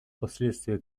последствия